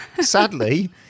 sadly